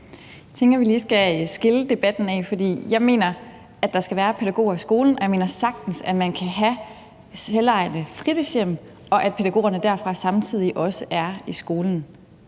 Jeg tænker, at vi skal skille tingene ad i debatten, for jeg mener, at der skal være pædagoger i skolen, og jeg mener sagtens, at man kan have selvejende fritidshjem, og at pædagogerne derfra samtidig også er i skolen.